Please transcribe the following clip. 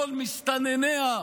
כל מסתנניה,